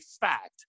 fact